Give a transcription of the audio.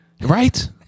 Right